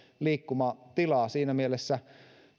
liikkumatilaa siinä mielessä